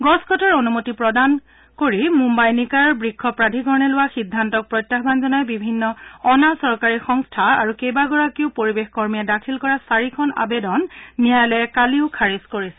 গছ কটাৰ অনুমতি প্ৰদান কৰি মুঘাই নিকায়ৰ বৃক্ষ প্ৰাধিকৰণে লোৱা সিদ্ধান্তক প্ৰত্যাহান জনাই বিভিন্ন অনা চৰকাৰী সংস্থা আৰু কেইবাগৰাকীও পৰিৱেশ কৰ্মীয়ে দাখিল কৰা চাৰিখন আবেদন ন্যায়ালয়ে কালিও খাৰিজ কৰিছিল